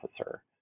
officer